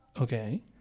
Okay